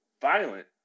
violent